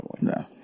No